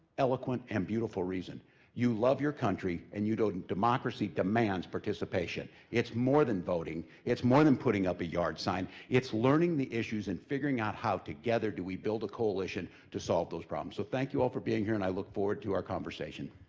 eloquent, and beautiful reason you love your country, and you know democracy demands participation. it's more than voting, it's more than putting up a yard sign, it's learning the issues and figuring out how together do we build a coalition to solve those problems. so thank you all for being here and i look forward to our conversation.